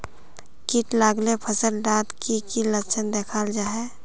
किट लगाले फसल डात की की लक्षण दखा जहा?